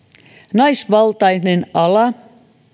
naisvaltainen ala